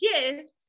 gift